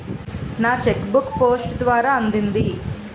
నా cheque book post ద్వారా అందింది